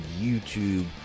YouTube